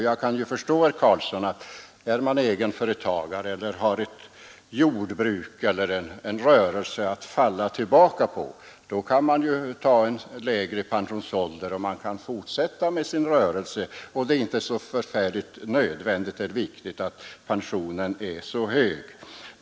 Jag kan ju förstå, herr Carlsson, att om man är egen företagare och har jordbruk eller en rörelse att falla tillbaka på, så kan man ta en lägre pensionsålder och fortsätta med sin rörelse — det är då inte särskilt nödvändigt eller viktigt att pensionen är så hög.